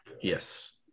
Yes